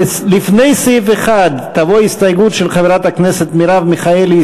לפני סעיף 1 תבוא הסתייגות של חברת הכנסת מרב מיכאלי,